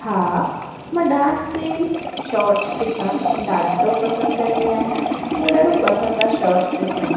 हा मां dance reel shorts ॾिसण ॾाढो पसंदि कंदी आहियां मूंखे ॾाढो पसंदि आहे शॉट्स ॾिसण